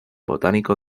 botánico